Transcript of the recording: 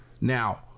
Now